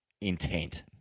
intent